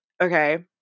Okay